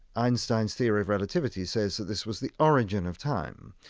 einstein's theory of relativity says this was the origin of time.